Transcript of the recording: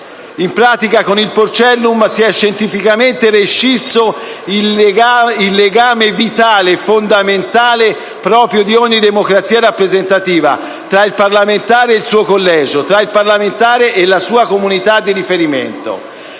In pratica, con il porcellum si è scientificamente rescisso il legame vitale e fondamentale, proprio di ogni democrazia rappresentativa, tra il parlamentare e il suo collegio, tra il parlamentare e la sua comunità di riferimento.